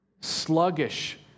sluggish